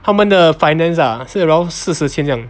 他们的 finance ah 是 around 四十千这样子